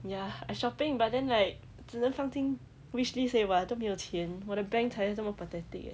ya I shopping but then like 只能放进 wish list 而已 [what] 都没有钱我的 bank 才那么 pathetic eh